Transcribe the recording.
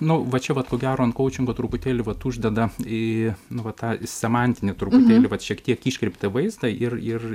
nu va čia vat ko gero ant kaučingo truputėlį vat uždeda į nu vat tą semantinįtruputėlį vat šiek tiek iškreiptą vaizdą ir ir